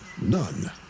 None